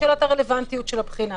משאלת הרלוונטיות של הבחינה.